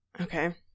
Okay